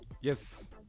Yes